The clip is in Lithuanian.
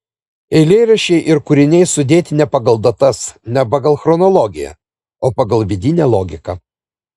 eilėraščiai ir kūriniai sudėti ne pagal datas ne pagal chronologiją o pagal vidinę logiką